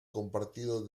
compartido